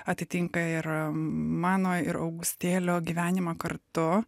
atitinka ir mano ir augustėlio gyvenimą kartu